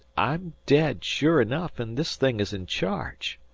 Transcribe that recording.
i'm dead, sure enough, and this thing is in charge.